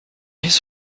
his